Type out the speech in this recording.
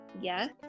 Yes